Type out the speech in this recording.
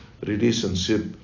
relationship